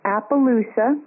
Appaloosa